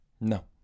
No